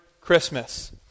Christmas